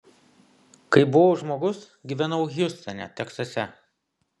kai buvau žmogus gyvenau hjustone teksase